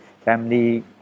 family